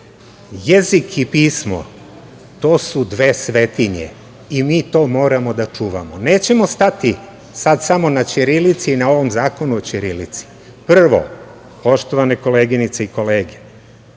Jezik i pismo to su dve svetinje i mi to moramo da čuvamo. Nećemo stati sada samo na ćirilici na ovom Zakonu o ćirilici. Prvo, poštovane koleginice i kolege,